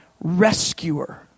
rescuer